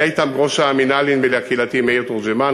היה אתם ראש המינהל הקהילתי מאיר תורג'מן,